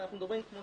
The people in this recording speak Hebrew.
ואנחנו מדברים כמו